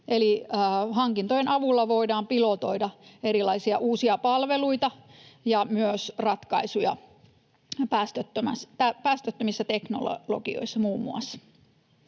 hankintojen avulla voidaan pilotoida erilaisia uusia palveluita ja myös ratkaisuja päästöttömissä teknologioissa muun muassa.